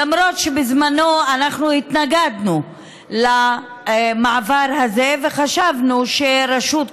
למרות שבזמנו אנחנו התנגדנו למעבר הזה וחשבנו שרשות,